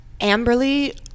Amberly